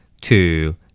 Two